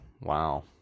wow